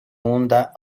hunda